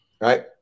right